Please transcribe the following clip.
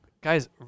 guys